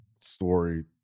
story